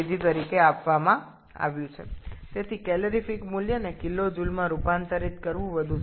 সুতরাং ক্যালোরিফিক মানটা কিলোজুল এ পরিবর্তন করে নেওয়াই ভালো